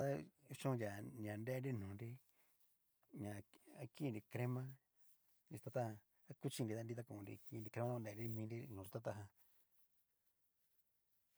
Tá kuchonnria na nrenri nonri ña a kinri crema, yutatajan ha kuchinri tanrita konri kinri crema ta konrenri minri no yu tata jan.